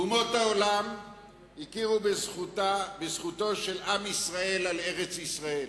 אומות העולם הכירו בזכותו של עם ישראל על ארץ-ישראל,